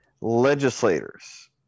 legislators